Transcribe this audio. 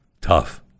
Tough